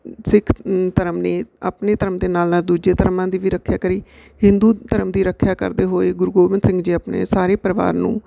ਸਿੱਖ ਧਰਮ ਨੇ ਆਪਣੇ ਧਰਮ ਦੇ ਨਾਲ ਨਾਲ ਦੂਜੇ ਧਰਮਾਂ ਦੀ ਵੀ ਰੱਖਿਆ ਕਰੀ ਹਿੰਦੂ ਧਰਮ ਦੀ ਰੱਖਿਆ ਕਰਦੇ ਹੋਏ ਗੁਰੂ ਗੋਬਿੰਦ ਸਿੰਘ ਜੀ ਆਪਣੇ ਸਾਰੇ ਪਰਿਵਾਰ ਨੂੰ